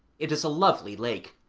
it is a lovely lake,